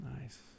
Nice